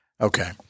Okay